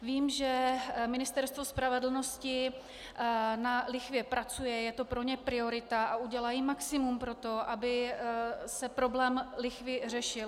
Vím, že Ministerstvo spravedlnosti na lichvě pracuje, je to pro ně priorita a udělají maximum pro to, aby se problém lichvy řešil.